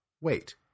wait